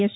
yes